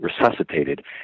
resuscitated